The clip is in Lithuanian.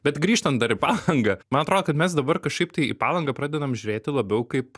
bet grįžtam dar į palangą man atrodo kad mes dabar kažkaip tai į palangą pradedam žiūrėti labiau kaip